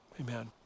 Amen